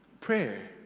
Prayer